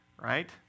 Right